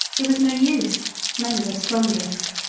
it was no use men are the strongest.